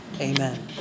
amen